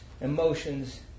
emotions